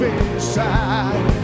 inside